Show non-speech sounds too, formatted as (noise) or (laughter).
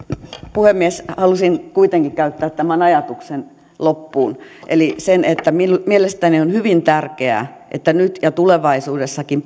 puhemies halusin kuitenkin saada tämän ajatuksen loppuun eli sen että mielestäni on on hyvin tärkeää että nyt ja tulevaisuudessakin (unintelligible)